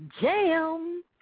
jam